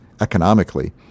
economically